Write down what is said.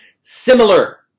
similar